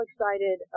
excited